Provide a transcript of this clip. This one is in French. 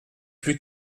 plus